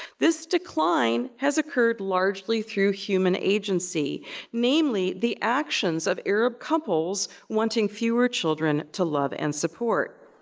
this decline has occurred largely through human agency namely, the actions of arab couples wanting fewer children to love and support.